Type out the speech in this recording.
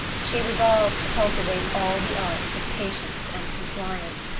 she resolved to cultivate all the arts of patience and compliance,